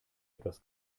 etwas